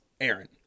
Aaron